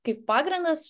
kaip pagrindas